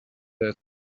that